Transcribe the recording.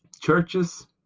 churches